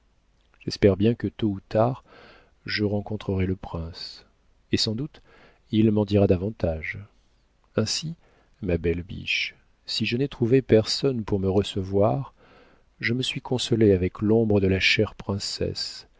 j'espère bien que tôt ou tard je rencontrerai le prince et sans doute il m'en dira davantage ainsi ma belle biche si je n'ai trouvé personne pour me recevoir je me suis consolée avec l'ombre de la chère princesse